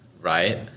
right